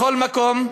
לכל מקום,